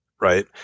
right